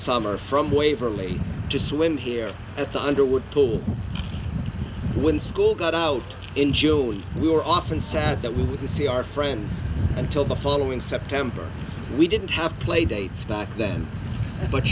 summer from waverley just swim here at the underwood told when school got out in june we were often sad that we wouldn't see our friends until the following september we didn't have play dates back then but